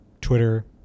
Twitter